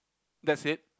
that's it